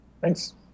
Thanks